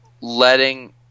Letting